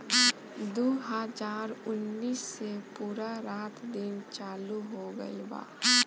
दु हाजार उन्नीस से पूरा रात दिन चालू हो गइल बा